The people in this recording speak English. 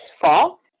fall